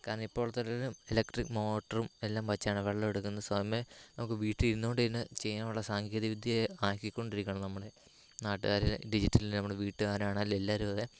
കാരണം ഇപ്പോഴത്തെ ഒരു ഇതിന് ഇലക്ട്രിക് മോട്ടറും എല്ലാം വെച്ചാണ് വെള്ളം എടുക്കുന്ന സമയം നമുക്ക് വീട്ടിൽ ഇരുന്നുകൊണ്ട് തന്നെ ചെയ്യാനുള്ള സാങ്കേതിക വിദ്യ ആക്കിക്കൊണ്ടിരിക്കുകയാണ് നമ്മുടെ നാട്ടുകാര് ഡിജിറ്റലിൽ നമ്മുടെ വിട്ടുകാരാണേലും എല്ലാവരും അതേ